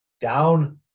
down